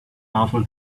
powerful